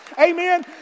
Amen